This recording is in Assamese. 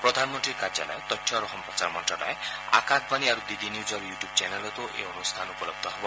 প্ৰাধনমন্ত্ৰীৰ কাৰ্যালয় তথ্য আৰু সম্প্ৰচাৰ মন্ত্ৰালয় আকাশবাণী আৰু ডি ডি নিউজৰ ইউটিউব চেনেলতো এই অনুষ্ঠান উপলব্ধ হ'ব